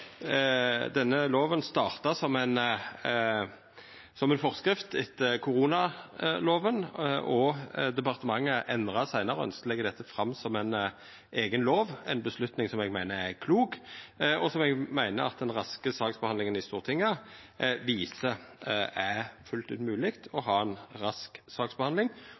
denne lova starta som ei forskrift etter koronalova, og at departementet seinare ønskte å leggja dette fram som ei eiga lov – ei avgjerd eg meiner er klok. Og eg meiner Stortinget har vist at det er fullt ut mogleg å ha ei rask saksbehandling.